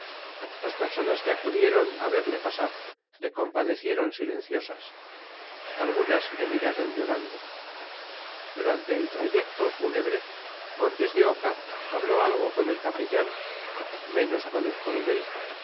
las personas que acudieron a verle pasar le compadecieron silenciosas algunas le miraron llorando durante el trayecto fúnebre montes de oca habló algo con el capellán menos con el coronel